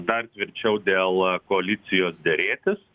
dar tvirčiau dėl koalicijos derėtis